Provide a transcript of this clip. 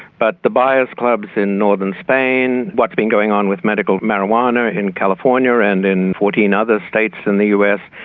but the buyers' clubs in northern spain, what's been going on with medical marijuana in california and in fourteen other states in the us,